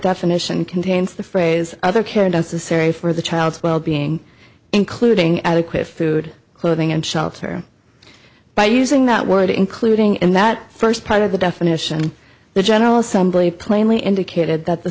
definition contains the phrase other care does to sorry for the child's well being including adequate food clothing and shelter by using that word including in that first part of the definition the general assembly plainly indicated that the